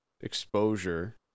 exposure